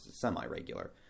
semi-regular